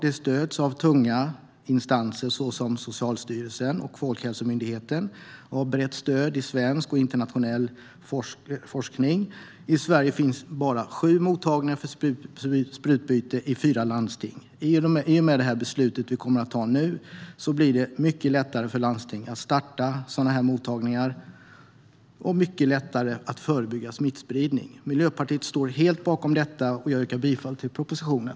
Det stöds av tunga instanser såsom Socialstyrelsen och Folkhälsomyndigheten och har brett stöd i svensk och internationell forskning. I Sverige finns bara sju mottagningar för sprututbyte i fyra landsting. I och med det beslut vi nu tar blir det mycket lättare för landstingen att starta sådana här mottagningar och mycket lättare att förebygga smittspridning. Miljöpartiet står helt bakom detta, och jag yrkar bifall till propositionen.